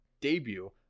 debut